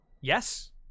yes